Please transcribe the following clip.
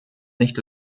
nicht